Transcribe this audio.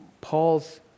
Paul's